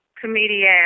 comedian